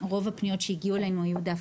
רוב הפניות היו ממעסיקים,